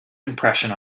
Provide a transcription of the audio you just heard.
impression